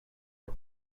are